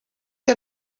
que